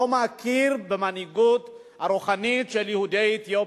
שלא מכיר במנהיגות הרוחנית של יהודי אתיופיה.